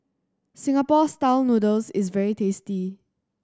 Singapore Style Noodles is very tasty